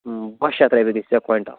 باہ شیٚتھ رۄپیہِ گٔژھی ژےٚ کوینٹَل